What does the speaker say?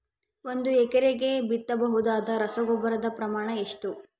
ಒಂದು ಎಕರೆಗೆ ಬಿತ್ತಬಹುದಾದ ರಸಗೊಬ್ಬರದ ಪ್ರಮಾಣ ಎಷ್ಟು?